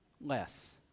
less